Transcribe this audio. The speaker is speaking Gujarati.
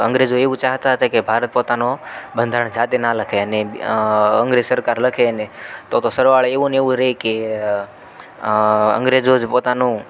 અંગ્રેજો એવું ચાહતા હતા કે ભારત પોતાનો બંધારણ જાતે ના લખે અને અંગ્રેજ સરકાર લખે અને તો તો સરવાળે એવું ને એવું રહે કે અંગ્રેજો જ પોતાનું